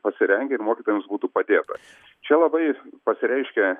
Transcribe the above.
pasirengę ir mokytojams būtų padėta čia labai pasireiškia